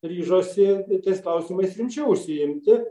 ryžosi tais klausimais rimčiau užsiimti